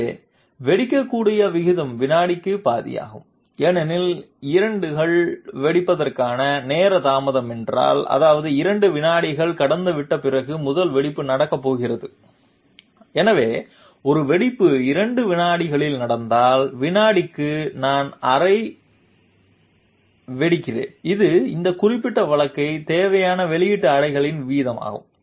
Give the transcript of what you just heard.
எனவே வெடிக்க வேண்டிய விகிதம் வினாடிக்கு பாதி ஆகும் ஏனெனில் 2 கள் வெடிப்பதற்கான நேர தாமதம் என்றால் அதாவது 2 வினாடிகள் கடந்துவிட்ட பிறகு முதல் வெடிப்பு நடக்கப்போகிறது எனவே ஒரு வெடிப்பு 2 வினாடிகளில் நடந்தால் வினாடிக்கு நான் அரை வெடிக்கிறேன் இது இந்த குறிப்பிட்ட வழக்குக்குத் தேவையான வெளியீட்டு அலைகளின் வீதமாகும்